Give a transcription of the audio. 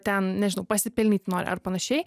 ten nežinau pasipelnyt nori ar panašiai